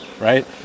right